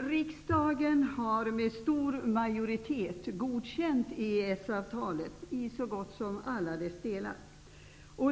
Riksdagen har med stor majoritet godkänt EES-avtalet i så gott som alla dess delar.